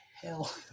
hell